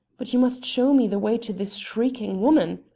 but you must show me the way to this shrieking woman.